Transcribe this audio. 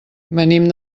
venim